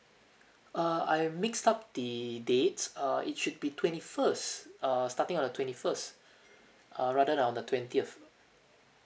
uh I mixed up the dates uh it should be twenty first uh starting on the twenty first uh rather than on the twentieth